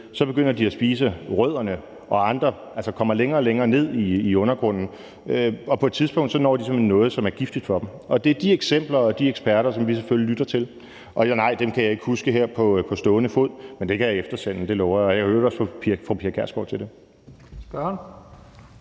begynder de at spise rødderne og kommer længere og længere ned i jorden, og på et tidspunkt når de simpelt hen noget, som er giftigt for dem. Det er de eksempler og de eksperter, som vi selvfølgelig lytter til. Og nej, dem kan jeg ikke huske her på stående fod, men det er noget, jeg kan eftersende; det lover jeg. Jeg kan i øvrigt også få fru Pia Kjærsgaard til at